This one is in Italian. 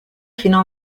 fino